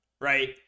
right